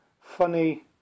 funny